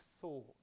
thought